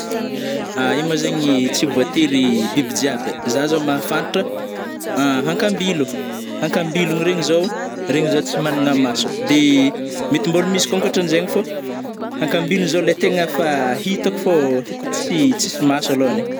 Io ma zegny tsy voatery biby jiaby ai, za zô mahafantatra hankambilo-hankambilogno regny zô, regny zô tsy managna maso de mety mbola misy kô ankotranzegny fô hakambilo le tegna fa hitako fô le ts-tsisy- maso alôany ai.